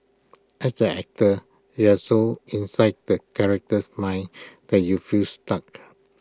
as an actor you are so inside the character's mind that you feel stuck